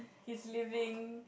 he's living